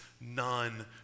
none